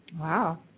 Wow